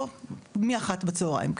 אני פה מ-13:00.